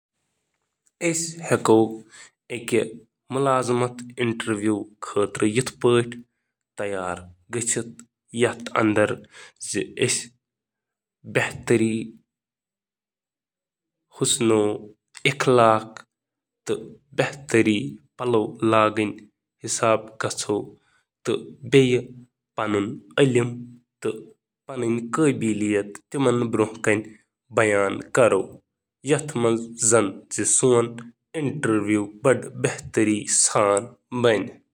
انٹرویوٕچ تیٲری کرنُک اکھ بہتٔریٖن طٔریٖقہٕ چھُ عام انٹرویوُک سوالَن ہٕنٛدٮ۪ن جوابَن پٮ۪ٹھ عمل کرُن۔ یہِ ہیٚکہِ تۄہہِ اصلی انٹرویوَس دوران زِیٛادٕ آرام تہٕ اعتماد محسوٗس کرنس منٛز مدد کٔرِتھ۔